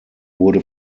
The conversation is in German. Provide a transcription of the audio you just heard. wurde